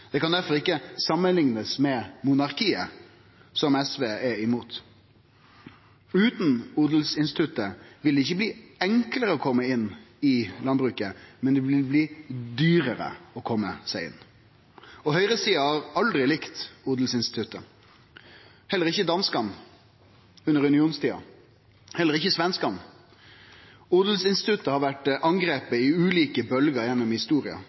Det kan difor ikkje samanliknast med monarkiet, som SV er imot. Utan odelsinstituttet vil det ikkje bli enklare å kome inn i landbruket, men det vil bli dyrare å kome seg inn. Høgresida har aldri likt odelsinstituttet, heller ikkje danskane under unionstida, heller ikkje svenskane. Odelsinstituttet har vore angripe i ulike bølgjer gjennom historia.